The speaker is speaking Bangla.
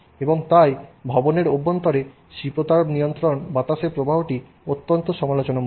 এবং তাই ভবনের অভ্যন্তরে শীতাতপ নিয়ন্ত্রিত বাতাসের প্রবাহটি অত্যন্ত সমালোচনামূলক